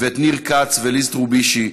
ואת ניר כץ וליז טרובישי,